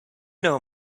know